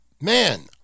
man